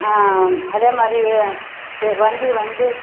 அதே மாதிரி வே பெ வண்டி வந்து